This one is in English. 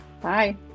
Bye